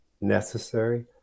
Necessary